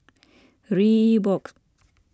Reebok